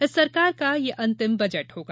इस सरकार का यह अंतिम बजट होगा